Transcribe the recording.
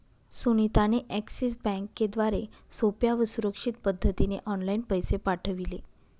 सुनीता ने एक्सिस बँकेद्वारे सोप्या व सुरक्षित पद्धतीने ऑनलाइन पैसे पाठविले